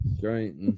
great